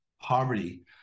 poverty